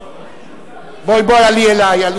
אנחנו הצבענו קודם על 68 ולאחר מכן על